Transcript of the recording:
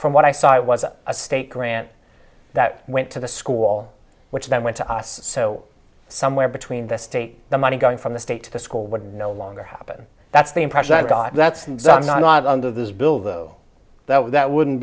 from what i saw it was a state grant that went to the school which then went to us so somewhere between the state the money going from the state to the school would no longer happen that's the impression i got that's not under this bill though that would that wouldn't